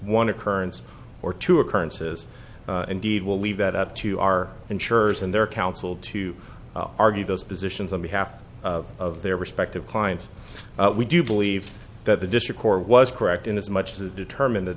one occurrence or two occurrences indeed we'll leave that up to our insurers and their counsel to argue those positions on behalf of their respective clients we do believe that the district court was correct in as much as determined th